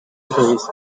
his